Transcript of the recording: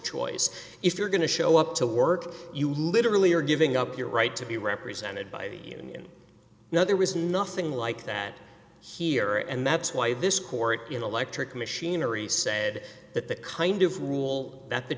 choice if you're going to show up to work you literally are giving up your right to be represented by the union now there is nothing like that here and that's why this court electric machinery he said that the kind of rule that the